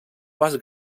pas